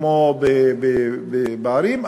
כמו בערים,